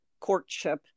courtship